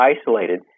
isolated